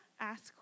ask